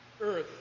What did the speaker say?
earth